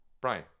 Brian